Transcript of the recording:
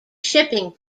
shipping